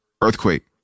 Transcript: earthquake